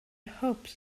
hope